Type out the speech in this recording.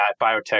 biotech